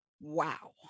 Wow